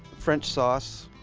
french sauce.